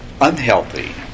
unhealthy